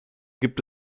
gibt